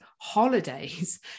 holidays